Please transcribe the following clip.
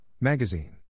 Magazine